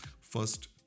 first